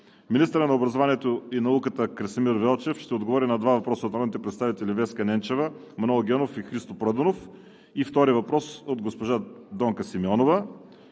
Министърът на образованието и науката Красимир Вълчев ще отговори на два въпроса от народните представители Веска Ненчева, Манол Генов и Христо Проданов; и Донка Симеонова.